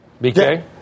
BK